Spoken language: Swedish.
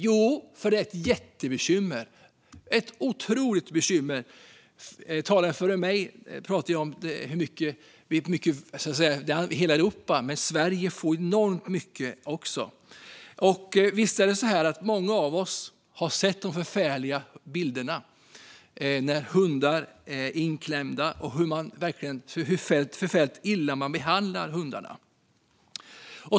Jo, för att det är ett jättebekymmer. Talare före mig har pratat om att det är ett problem i hela Europa, men det kommer många sådana hundar till Sverige också. Många av oss har sett de förfärliga bilderna på hundar som sitter inklämda och hur illa man behandlar hundarna.